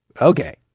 okay